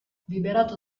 liberato